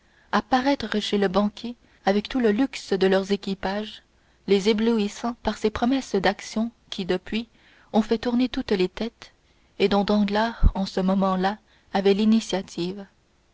paraître chez le banquier avec tout le luxe de leurs équipages les éblouissant par ces promesses d'actions qui depuis ont fait tourner toutes les têtes et dont danglars en ce moment-là avait l'initiative